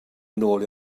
nôl